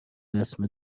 رسم